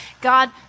God